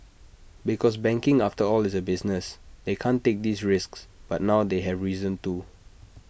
because banking after all is A business they can't take these risks but now they have reason to